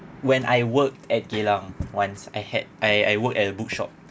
when I worked at geylang once I had I I work at a bookshop